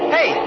Hey